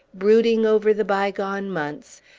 brooding over the bygone months,